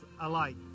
alike